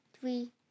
three